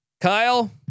Kyle